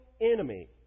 enemy